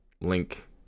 link